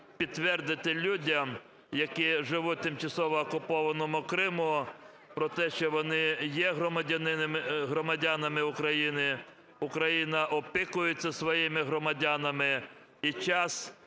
підтвердити людям, які живуть у тимчасово окупованому Криму, про те, що вони є громадянами України, Україна опікується своїми громадянами,